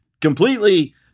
Completely